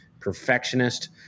perfectionist